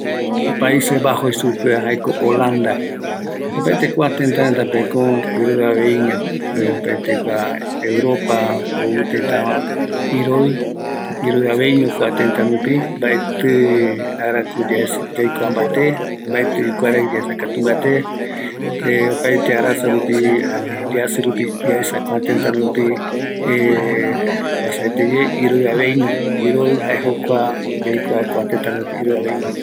Paise bajo jei superetava jaeko Holanda, opaete kua tëtä retapeko iroɨaveiño, opaete kua Europa ou tëtäva, iroï, iroïaveiño kua tëtärupi, mbaetï araku yaesa, yaikua mbate mbaetɨ kuaraï yaesa mbate opaete arasarupi yasï rupi yaesa kua tëtä rupi oajaeteye iroïaveño, iroï jae jokua yaikua kua tëtä rupi iroïaveiño.